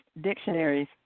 dictionaries